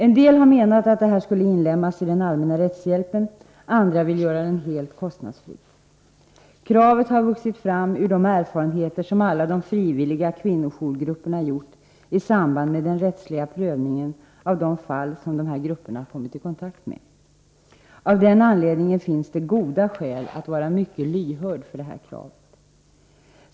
En del har menat att det här skulle kunna inlemmas i den allmänna rättshjälpen, andra vill göra det helt kostnadsfritt. Kravet har vuxit fram ur de erfarenheter som alla de frivilliga kvinnojourgrupperna gjort i samband med den rättsliga prövningen av de fall som dessa grupper kommit i kontakt med. Av den anledningen finns det goda skäl att vara mycket lyhörd för detta krav.